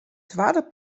twadde